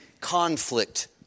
conflict